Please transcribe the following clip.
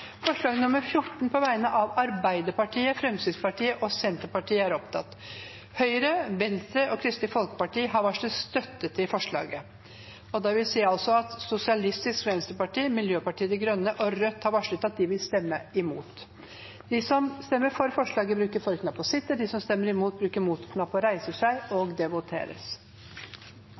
forslag nr. 14, fra Arbeiderpartiet, Fremskrittspartiet og Senterpartiet. Forslaget lyder: «Stortinget ber regjeringen sørge for tiltak som kan bidra til økt bruk av avtalespesialister i helseforetakene, og informere Stortinget på egnet vis.» Høyre, Venstre og Kristelig Folkeparti har varslet støtte til forslaget. Sosialistisk Venstreparti, Miljøpartiet De Grønne og Rødt har varslet at de vil stemme imot. Under debatten er det